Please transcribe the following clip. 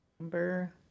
Number